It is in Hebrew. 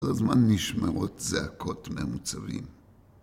כל הזמן נשמעות צעקות מהמוצבים